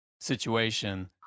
situation